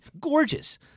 gorgeous